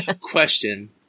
Question